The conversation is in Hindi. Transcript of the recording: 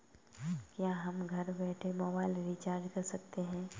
क्या हम घर बैठे मोबाइल रिचार्ज कर सकते हैं?